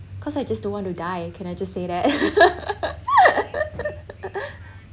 cause I just don't want to die can I just say that